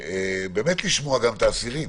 לשמוע גם את האסירים.